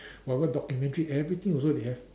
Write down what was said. whatever documentary everything also they have